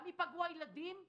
גם ייפגעו הילדים הרגילים,